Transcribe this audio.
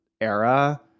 era